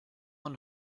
and